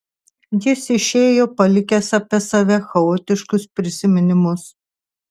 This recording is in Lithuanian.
jis išėjo palikęs apie save chaotiškus prisiminimus